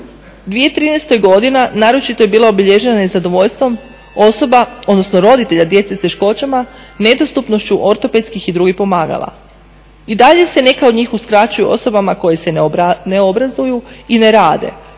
2013. godina naročito je bila obilježena i zadovoljstvom osoba, odnosno roditelja djece s teškoćama, nedostupnošću ortopedskih i drugih pomagala. I dalje se neka od njih uskraćuju osobama koje se ne obrazuju i ne rade,